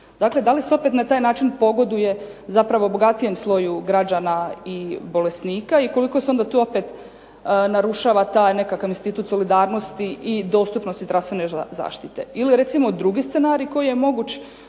Dakle, da li se opet na taj način pogoduje zapravo bogatijem sloju građana i bolesnika i koliko se onda tu opet narušava taj nekakav institut solidarnosti i dostupnosti zdravstvene zaštite? Ili recimo drugi scenarij koji je moguć,